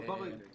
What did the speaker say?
אין לי בעיה.